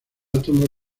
átomos